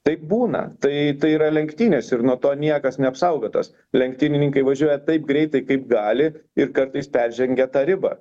taip būna tai tai yra lenktynės ir nuo to niekas neapsaugotas lenktynininkai važiuoja taip greitai kaip gali ir kartais peržengia tą ribą